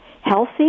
healthy